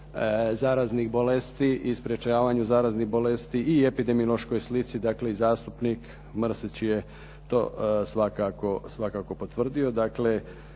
zaraznih bolesti i sprječavanju zaraznih bolesti i epidemiološkoj slici, dakle i zastupnik Mrsić je to svakako potvrdio.